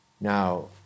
Now